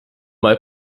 mal